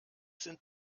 sind